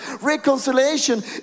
reconciliation